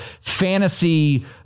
fantasy